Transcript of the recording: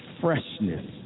freshness